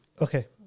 Okay